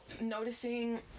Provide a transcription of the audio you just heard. noticing